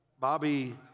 bobby